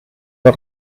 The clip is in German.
der